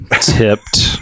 tipped